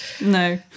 No